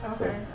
Okay